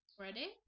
Ready